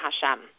Hashem